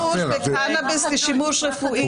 מותר השימוש בקנביס לשימוש רפואי,